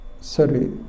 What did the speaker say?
sorry